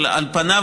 אבל על פניו,